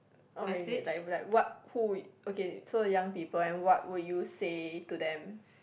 oh K K like be like what who it okay so young people and what would you say to them